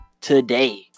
today